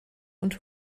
und